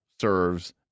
serves